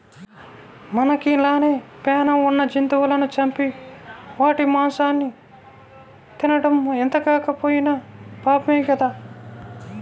మనకి లానే పేణం ఉన్న జంతువులను చంపి వాటి మాంసాన్ని తినడం ఎంతగాకపోయినా పాపమే గదా